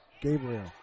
Gabriel